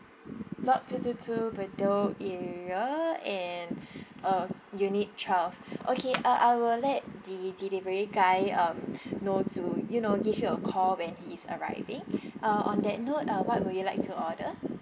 block two two two bedok area and uh unit twelve okay uh I will let the delivery guy um know to you know give you a call when he's arriving uh on that note uh what would you like to order